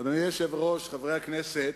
אדוני היושב-ראש, חברי הכנסת,